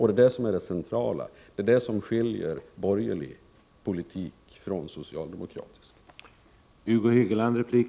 Det är det som är det centrala, det är det som skiljer borgerlig politik från socialdemokratisk.